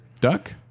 Duck